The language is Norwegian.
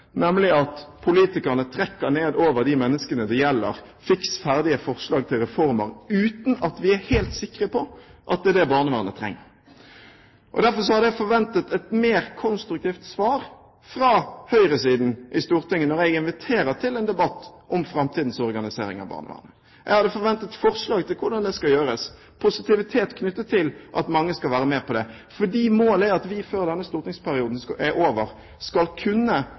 nemlig at politikerne trekker ned over de menneskene det gjelder, fiks ferdige forslag til reformer uten at vi er helt sikre på at det er det barnevernet trenger. Derfor hadde jeg forventet et mer konstruktivt svar fra høyresiden i Stortinget når jeg inviterer til en debatt om framtidens organisering av barnevernet. Jeg hadde forventet forslag til hvordan det skal gjøres, positivitet knyttet til at mange skal være med på det, fordi målet er at vi før denne stortingsperioden er over, forhåpentligvis skal kunne